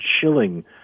chilling